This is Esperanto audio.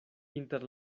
inter